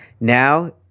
now